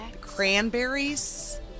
Cranberries